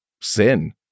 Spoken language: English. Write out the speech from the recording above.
sin